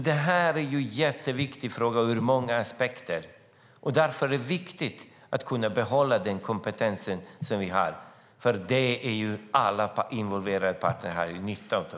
Det här är en jätteviktig fråga ur många aspekter, och det är viktigt att kunna behålla den kompetens som finns. Det har alla involverade parter nytta av.